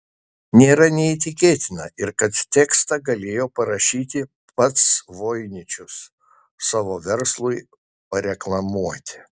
nėra neįtikėtina ir kad tekstą galėjo parašyti pats voiničius savo verslui pareklamuoti